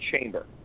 chamber